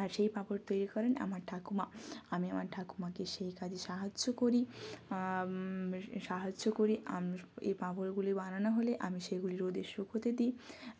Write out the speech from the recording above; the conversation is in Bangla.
আর সেই পাঁপড় তৈরি করেন আমার ঠাকুমা আমি আমার ঠাকুমাকে সেই কাজে সাহায্য করি সাহায্য করি এই পাঁপড়গুলি বানানো হলে আমি সেগুলি রোদে শুকোতে দিই